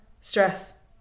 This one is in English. stress